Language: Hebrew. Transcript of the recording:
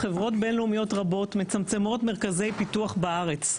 חברות בינלאומיות רבות מצמצמות מרכזי פיתוח בארץ,